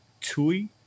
Tui